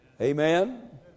Amen